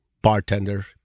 Bartender